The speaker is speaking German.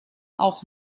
auch